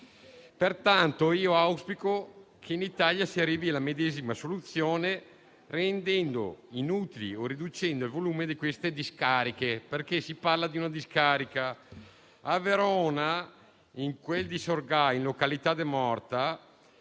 Pertanto, auspico che in Italia si arrivi alla medesima soluzione, rendendo inutili o riducendo il volume delle relative discariche. Voglio infatti parlare di una discarica. A Verona, in quel di Sorgà, in località De Morta,